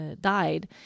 died